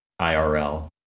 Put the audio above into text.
IRL